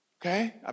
okay